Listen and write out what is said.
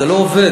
זה לא עובד.